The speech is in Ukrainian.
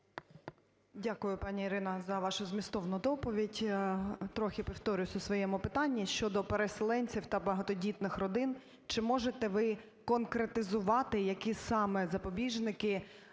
Дякую, пані Ірина за вашу змістовну доповідь. Я трохи повторюся в своєму питанні щодо переселенців та багатодітних родин. Чи можете ви конкретизувати, які саме запобіжники